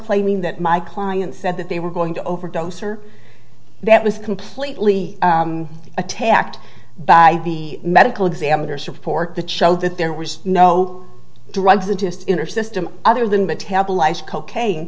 claiming that my client said that they were going to overdose or that was completely attacked by the medical examiner's report that showed that there was no drugs and just in her system other than metabolize cocaine